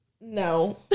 No